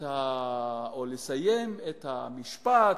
או לסיים את המשפט,